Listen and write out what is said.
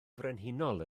frenhinol